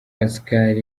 pascal